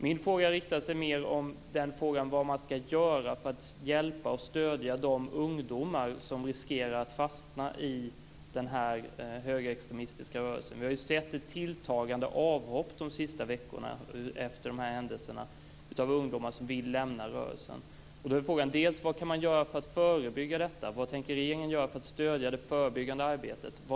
Min fråga handlar mer om vad man ska göra för att hjälpa och stödja de ungdomar som riskerar att fastna i den högerextremistiska rörelsen. Vi har ju sett ett tilltagande avhopp de senaste veckorna, efter de här händelserna, av ungdomar som vill lämna rörelsen. Då är frågan vad man kan göra för att förebygga.